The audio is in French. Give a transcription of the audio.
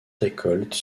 récolte